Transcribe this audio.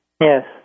Yes